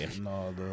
No